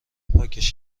پاکش